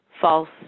false